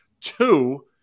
two